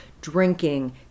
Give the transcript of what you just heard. drinking